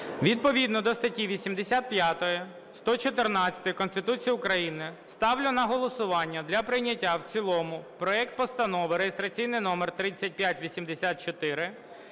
Відповідно до статті 85, 114 Конституції України ставлю на голосування для прийняття в цілому проект Постанови реєстраційний номер 3584